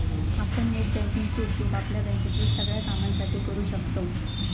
आपण net banking चो उपयोग आपल्या बँकेतील सगळ्या कामांसाठी करू शकतव